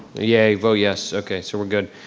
yay, vote yes. okay, so we're good.